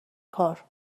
کار